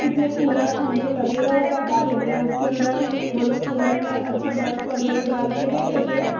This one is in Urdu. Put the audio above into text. کتنے کولر ہم کو لگے گا وہ بتا دیتے ہیں اُس کے اندر وہ لوگ کولر میں اچھا برف وغیرہ ڈال کے دے دیتے